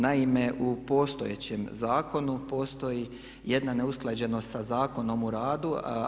Naime u postojećem zakonu postoji jedna neusklađenost sa Zakonom o radu.